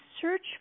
search